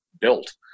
built